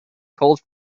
cold